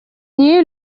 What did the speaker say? нею